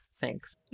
Thanks